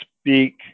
speak